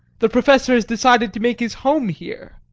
the professor has decided to make his home here.